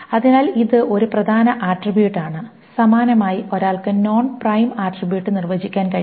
അതിനാൽ ഇത് ഒരു പ്രധാന ആട്രിബ്യൂട്ട് ആണ് സമാനമായി ഒരാൾക്ക് നോൺ പ്രൈം ആട്രിബ്യൂട്ട് നിർവ്വചിക്കാൻ കഴിയും